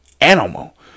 animal